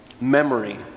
memory